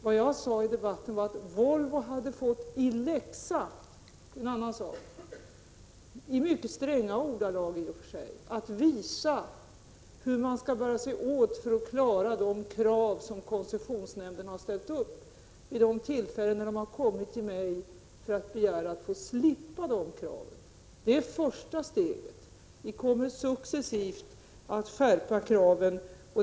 Vad jag sade i debatten var att Volvo hade fått i läxa — vilket är en annan sak, även om det i och för sig var mycket stränga ordalag — att visa hur man skall bära sig åt för att klara de krav som koncessionsnämnden har ställt, vid de tillfällen då Volvo kommit till mig för att begära att få slippa de kraven. Det är det första steget. Vi kommer successivt att skärpa kraven.